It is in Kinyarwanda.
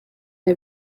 nta